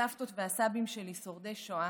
הסבתות והסבים שלי, שורדי שואה,